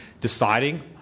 deciding